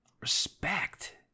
respect